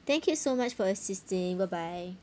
thank you so much for assisting bye bye